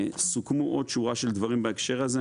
סוכמו עוד שורה של דברים בהקשר הזה,